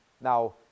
Now